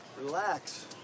Relax